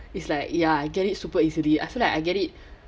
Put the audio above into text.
it's like ya I get it super easily I feel like I get it